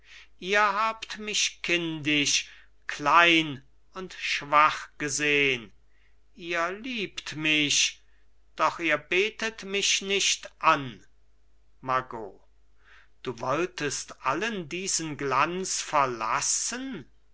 ihr habt mich kindisch klein und schwach gesehn ihr liebt mich doch ihr betet mich nicht an margot du wolltest allen diesen glanz verlassen